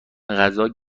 غذا